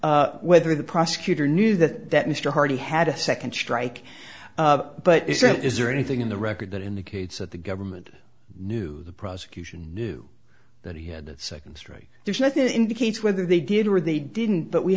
whether the prosecutor knew that mr hardy had a second strike but if there is there anything in the record that indicates that the government knew the prosecution knew that he had that second story there's nothing to indicate whether they did or they didn't but we